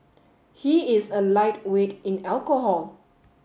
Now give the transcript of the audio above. he is a lightweight in alcohol